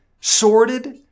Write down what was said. sorted